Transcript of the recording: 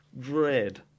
dread